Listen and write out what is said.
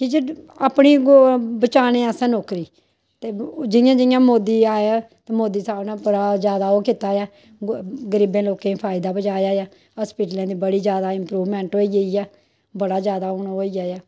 कि अपनी बचाने आस्तै नौकरी ते जि'यां जि'यां मोदी आया मोदी साहब ने बड़ा जैदा ओह् कीता ऐ गरीबें लोकें गी फायदा पजाया ऐ हाॅस्पिटलें दी बड़ी जैदा इम्प्रूवमेंट होई गेई ऐ बड़ा जैदा हून ओह् होई गेआ ऐ